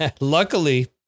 Luckily